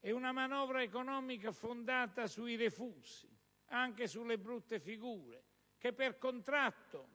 È una manovra economica fondata sui refusi, anche sulle brutte figure che, per contratto